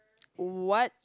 what